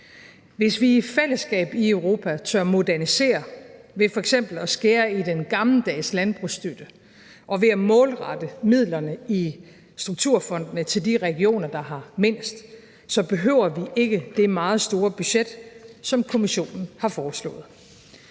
Hvis vi i fællesskab i Europa tør modernisere ved f.eks. at skære i den gammeldags landbrugsstøtte og ved at målrette midlerne i strukturfondene til de regioner, der har mindst, så behøver vi ikke det meget store budget, som Kommissionen har foreslået.